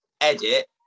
edit